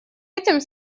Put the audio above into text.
этим